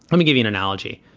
me give you an analogy.